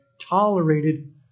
tolerated